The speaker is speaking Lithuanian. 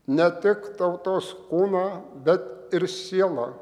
ne tik tautos kūną bet ir sielą